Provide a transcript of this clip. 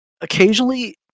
occasionally